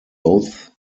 both